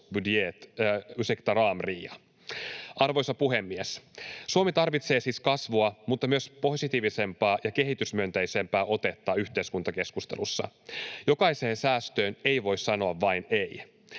Arvoisa puhemies! Suomi tarvitsee siis kasvua mutta myös positiivisempaa ja kehitysmyönteisempää otetta yhteiskuntakeskustelussa. Jokaiseen säästöön ei voi sanoa vain ”ei”.